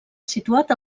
situat